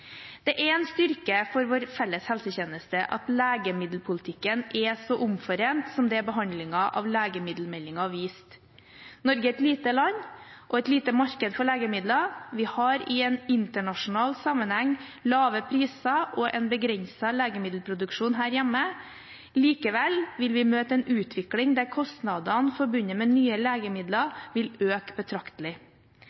Det er en styrke for vår felles helsetjeneste at legemiddelpolitikken er så omforent som det behandlingen av legemiddelmeldingen har vist. Norge er et lite land og et lite marked for legemidler. Vi har i internasjonal sammenheng lave priser og en begrenset legemiddelproduksjon her hjemme. Likevel vil vi møte en utvikling der kostnadene forbundet med nye legemidler